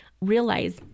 realize